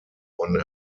won